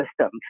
systems